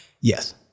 Yes